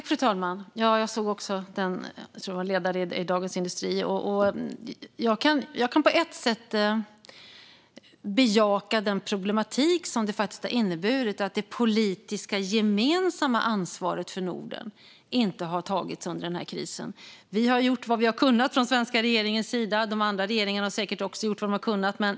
Fru talman! Jag såg också den artikeln i Dagens industri - jag tror att det var en ledare. Jag kan på ett sätt bejaka den problematik som det faktiskt har inneburit att det politiska gemensamma ansvaret för Norden inte har tagits under denna kris. Vi har gjort vad vi har kunnat från den svenska regeringens sida. De andra regeringarna har säkert också gjort vad de har kunnat.